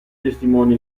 testimoni